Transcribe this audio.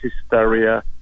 hysteria